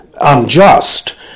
unjust